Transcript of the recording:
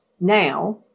now